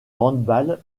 handball